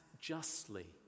justly